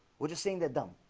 we're just saying that dumb